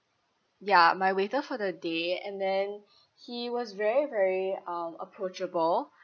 ya my waiter for the day and then he was very very um approachable